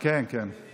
כן, כן.